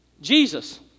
Jesus